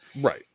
right